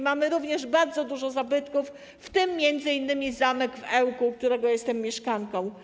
Mamy również bardzo dużo zabytków, w tym m.in. zamek w Ełku, którego jestem mieszkanką.